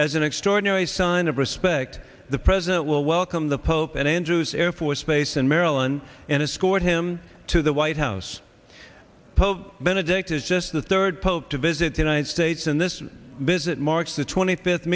as an extraordinary sign of respect the president will welcome the pope at andrews air force base in maryland and escort him to the white house pope benedict is just the third pope to visit the united states and this visit marks the twenty fifth